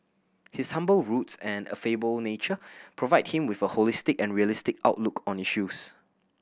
his humble roots and affable nature provide him with a holistic and realistic outlook on issues